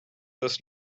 this